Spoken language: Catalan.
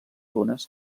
dunes